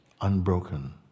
unbroken